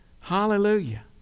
Hallelujah